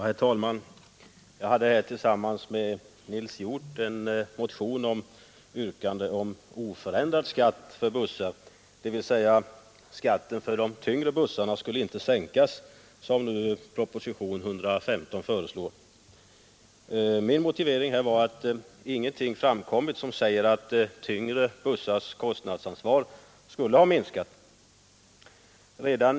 Herr talman! Jag har tillsammans med herr Nils Hjorth väckt en motion med ett yrkande om oförändrad skatt för bussar, dvs. att skatten för de tyngre bussarna inte skulle sänkas, såsom föreslås i propositionen 115. Min motivering för det var att ingenting framkommit som tyder på att tyngre bussars kostnadsansvar skulle ha minskat.